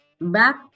Back